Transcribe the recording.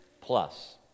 plus